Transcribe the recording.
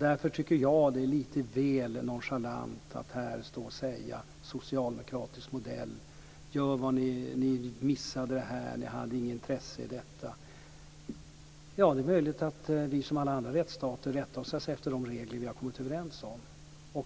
Därför tycker jag att det är lite väl nonchalant att här säga: Socialdemokratisk modell, ni missade här, ni hade inget intresse i detta. Det är möjligt att vi som alla andra rättsstater rättar oss efter de regler som vi har kommit överens om.